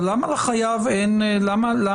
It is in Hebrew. אבל למה לחייב אין אמירה?